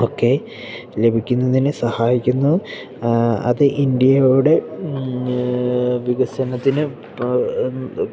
ഒക്കെ ലഭിക്കുന്നതിന് സഹായിക്കുന്നു അത് ഇന്ത്യയുടെ വികസനത്തിന്